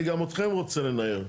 אני גם אתכם רוצה לנער.